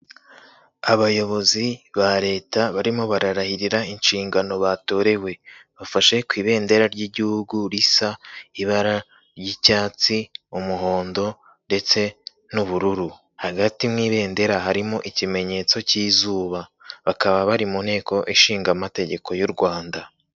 Abayobozi ba leta barimo bararahirira inshingano batorewe, bafashe ku ibendera ry'igihugu risa ibara ry'icyatsi, umuhondo ndetse n'ubururu, hagati mu ibendera harimo ikimenyetso cy'izuba, bakaba bari mu nteko ishinga amategeko y'u Rwanda.